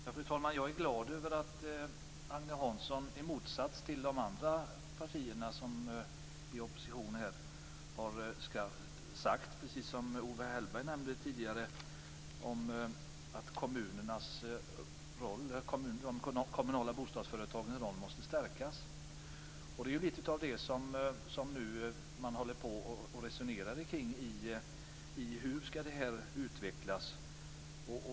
Fru talman! Jag är glad över att Agne Hansson i motsats till de andra partierna i oppositionen har sagt, precis som Owe Hellberg nämnde tidigare, att de kommunala bostadsföretagens roll måste stärkas. Det är lite av det som man nu håller på och resonerar kring. Hur ska det här utvecklas?